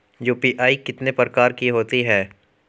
UPI कितने प्रकार की होती हैं?